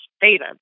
data